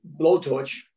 blowtorch